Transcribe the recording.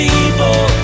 People